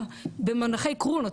במונחי קרונות.